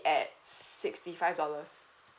at sixty five dollars